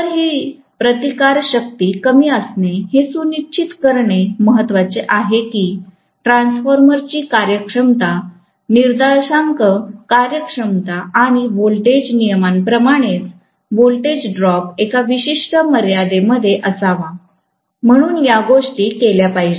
तर ही प्रतिकार शक्ती कमी असणे हे सुनिश्चित करणे महत्वाचे आहे कीट्रान्सफॉर्मर ची कार्यक्षमता निर्देशांक कार्यक्षमता आणि व्होल्टेज नियमनाप्रमाणेच व्होल्टेज ड्रॉप एका विशिष्ट मर्यादे मध्ये असावा म्हणून या गोष्टी केल्या पाहिजेत